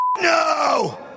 No